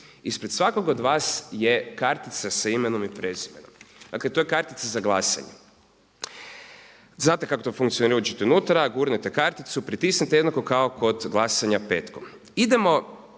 Ispred svakog od vas je kartica sa imenom i prezimenom, dakle to je kartica za glasanje, znate kako to funkcionira, uđete unutra, gurnete karticu, pritisnete jednako kao kod glasanja petkom. Idemo